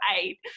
eight